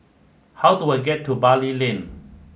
how do I get to Bali Lane